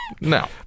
No